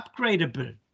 upgradable